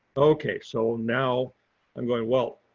okay, so now i'm going well,